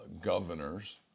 governors